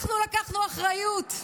לקחנו אחריות.